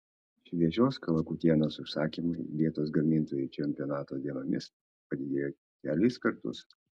šviežios kalakutienos užsakymai vietos gamintojui čempionato dienomis padidėjo kelis kartus